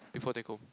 before take home